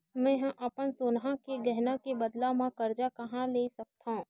मेंहा अपन सोनहा के गहना के बदला मा कर्जा कहाँ ले सकथव?